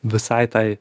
visai tai